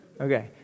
Okay